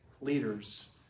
leaders